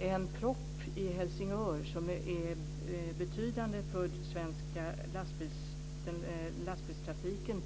en propp i Helsingør som är av betydelse för den svenska lastbilstrafiken.